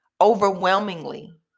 overwhelmingly